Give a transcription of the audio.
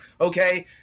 okay